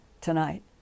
tonight